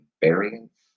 variants